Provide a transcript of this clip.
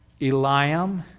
Eliam